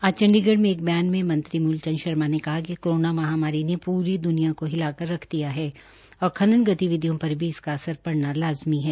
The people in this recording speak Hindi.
आज चंडीगढ़ में एक बयान में मंत्री मूल चंद शर्मा ने कहा कि कोरोना महामारी ने पूरी दुनिया को हिला कर रख दिया है और खनन गतिविधियों पर भी इसका असर पड़ना लाज़मी है